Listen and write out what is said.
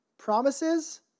Promises